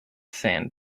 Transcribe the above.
sand